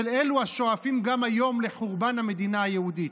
של אלו השואפים גם היום לחורבן המדינה היהודית.